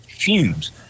fumes